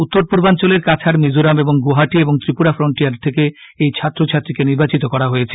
উত্তর পূর্বাঞ্চলের কাছাড মিজোরাম গুয়াহাটি এবং ত্রিপুরা ফ্রন্টিয়ার থেকে ঐ ছাত্রছাত্রীকে নির্বাচিত করা হয়েছে